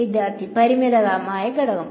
വിദ്യാർത്ഥി പരിമിതമായ ഘടകം